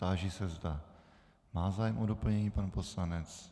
Táži se, zda má zájem o doplnění pan poslanec?